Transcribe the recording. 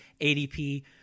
ADP